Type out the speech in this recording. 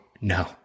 no